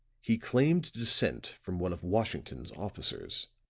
he claimed descent from one of washington's officers.